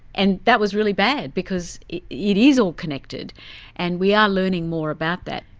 and that was really bad because it is all connected and we are learning more about that.